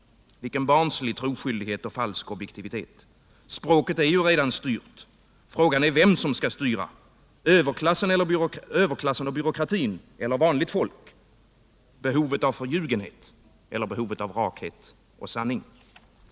Vilken barnslig troskyldighet och falsk objektivitet! Språket är ju redan styrt. Frågan är vem som skall styra — överklassen och byråkratin eller vanligt folk, behovet av förljugenhet eller behovet av rakhet och sanning.